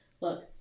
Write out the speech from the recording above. look